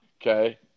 Okay